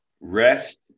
Rest